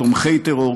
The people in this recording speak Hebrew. תומכי טרור,